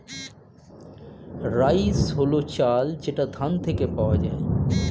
rice হল চাল যেটা ধান থেকে পাওয়া যায়